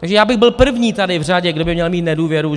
Takže já bych byl první tady v řadě, kdo by měl mít nedůvěru,